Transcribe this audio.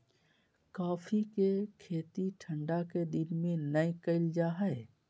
coffee के खेती ठंढा के दिन में नै कइल जा हइ